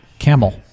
camel